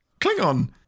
Klingon